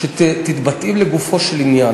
שתתבטאי לגופו של עניין.